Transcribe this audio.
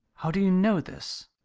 how do you know this?